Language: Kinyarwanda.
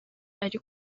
ari